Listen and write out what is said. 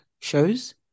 shows